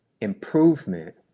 improvement